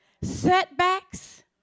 Setbacks